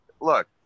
Look